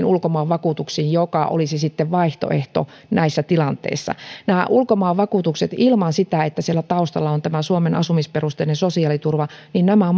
ulkomaan vakuutuksiin jollainen olisi vaihtoehto näissä tilanteissa näillä ulkomaan vakuutuksilla ilman sitä että siellä taustalla on suomen asumisperusteinen sosiaaliturva nämä